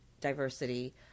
diversity